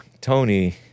Tony